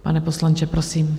Pane poslanče, prosím.